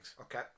Okay